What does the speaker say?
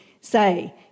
say